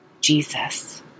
Jesus